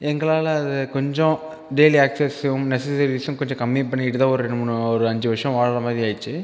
எங்களால் அது கொஞ்சோம் டெய்லி ஆக்செஸ்யூம் நெஸஸரிஸும் கொஞ்சோம் கம்மி பண்ணிட்டு தான் ஒரு ரெண்டு மூணு ஒரு அஞ்சு வருஷம் வாழ்கிற மாதிரி ஆயிடுச்சு